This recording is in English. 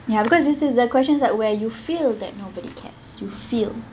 ya because it is a question that where you feel that nobody cares you feel